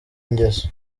ngeso